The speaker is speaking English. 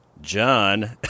John